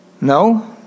No